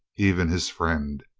even his friend.